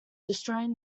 destroying